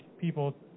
people